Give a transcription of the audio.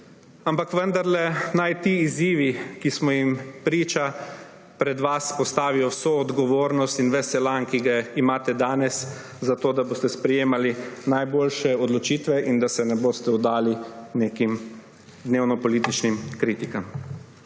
Ampak vendarle naj ti izzivi, ki smo jim priča, pred vas postavijo vso odgovornost in ves elan, ki ga imate danes, zato da boste sprejemali najboljše odločitve in da se ne boste vdali nekim dnevnopolitičnim kritikam.